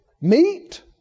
meat